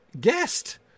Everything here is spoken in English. guest